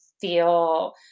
feel